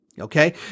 Okay